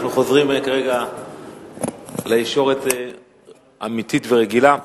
אנחנו חוזרים לישורת אמיתית ורגילה.